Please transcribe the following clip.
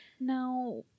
Now